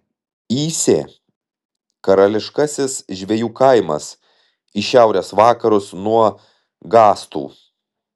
įsė karališkasis žvejų kaimas į šiaurės vakarus nuo gastų